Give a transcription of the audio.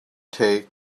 take